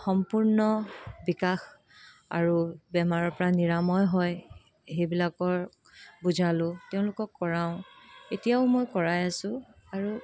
সম্পূৰ্ণ বিকাশ আৰু বেমাৰৰ পৰা নিৰাময় হয় সেইবিলাকৰ বুজালো তেওঁলোকক কৰাওঁ এতিয়াও মই কৰাই আছোঁ আৰু